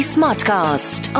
Smartcast